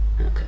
Okay